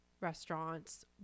restaurants